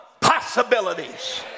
possibilities